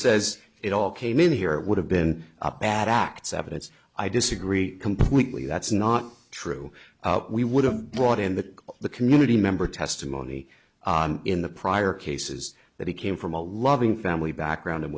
says it all came in here would have been a bad acts evidence i disagree completely that's not true we would have brought in that the community member testimony in the prior cases that he came from a loving family background